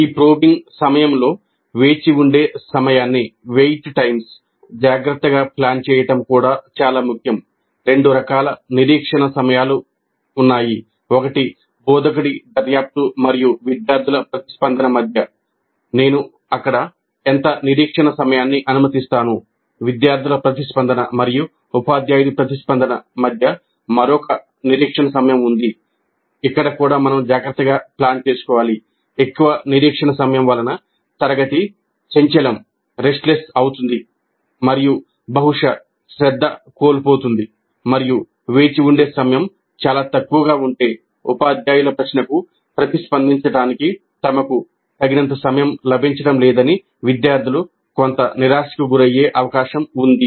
ఈ ప్రోబింగ్ సమయంలో వేచి ఉండే సమయాన్ని అవుతుంది మరియు బహుశా శ్రద్ధ కోల్పోతుంది మరియు వేచి ఉండే సమయం చాలా తక్కువగా ఉంటే ఉపాధ్యాయుల ప్రశ్నకు ప్రతిస్పందించడానికి తమకు తగినంత సమయం లభించడం లేదని విద్యార్థులు కొంత నిరాశకు గురయ్యే అవకాశం ఉంది